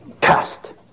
cast